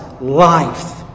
life